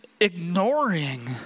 ignoring